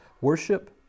worship